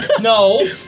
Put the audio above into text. No